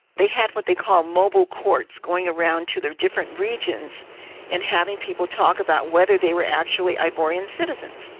they had what they called mobile courts going around to their different regions and having people talk about whether they were actually ivorian citizens,